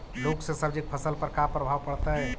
लुक से सब्जी के फसल पर का परभाव पड़तै?